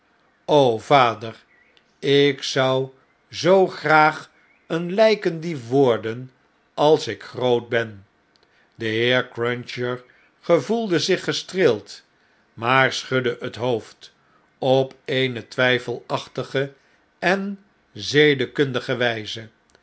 vader ik zou zoo graag een lpendief worden als ik groot ben i de heer cruncher gevoelde zich gestreeld maar schudde het hoofd op eene twijfelachtige en zedekundige wjjze